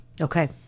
Okay